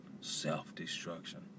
Self-destruction